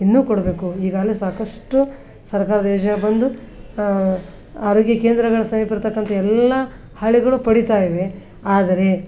ಇನ್ನೂ ಕೊಡಬೇಕು ಈಗಾಗಲೇ ಸಾಕಷ್ಟು ಸರಕಾರದ ಯೋಜನೆ ಬಂದು ಆರೋಗ್ಯ ಕೇಂದ್ರಗಳು ಬರತಕ್ಕಂಥ ಎಲ್ಲ ಹಳ್ಳಿಗಳು ಪಡೀತಾ ಇವೆ ಆದರೆ